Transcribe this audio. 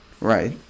Right